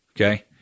Okay